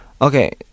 Okay